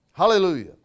Hallelujah